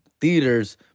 theaters